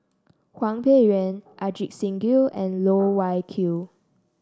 Hwang Peng Yuan Ajit Singh Gill and Loh Wai Kiew